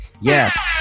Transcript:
yes